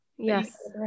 Yes